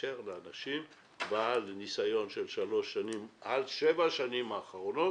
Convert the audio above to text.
לאנשים בעלי ניסיון של שלוש שנים במצטבר בשבע השנים האחרונות.